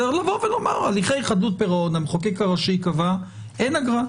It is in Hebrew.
לבוא ולומר שבהליכי חדלות פירעון המחוקק הראשי קבע שאין אגרה.